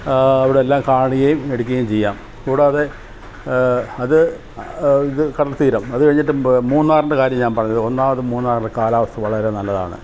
അവിടെ എല്ലാം കാണുകയും എടുക്കുകയും ചെയ്യാം കൂടാതെ അത് കടൽതീരം അതു കഴിഞ്ഞിട്ട് മൂന്നാറിൻ്റെ കാര്യം ഞാൻ പറഞ്ഞത് ഒന്നാമത് മൂന്നാർ കാലാവസ്ഥ വളരെ നല്ലതാണ്